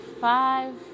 five